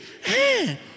Hey